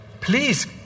please